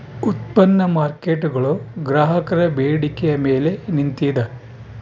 ಉತ್ಪನ್ನ ಮಾರ್ಕೇಟ್ಗುಳು ಗ್ರಾಹಕರ ಬೇಡಿಕೆಯ ಮೇಲೆ ನಿಂತಿದ